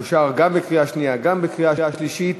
אושרה גם בקריאה שנייה וגם בקריאה שלישית